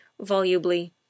volubly